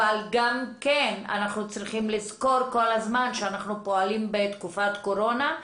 אבל אנחנו גם צריכים לזכור כל הזמן שאנחנו פועלים בתקופת קורונה,